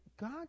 God